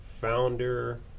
founder